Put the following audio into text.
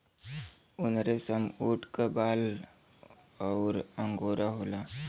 उनरेसमऊट क बाल अउर अंगोरा होला